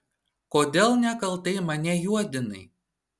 kodėl nekaltai mane juodinai